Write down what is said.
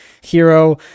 hero